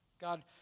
God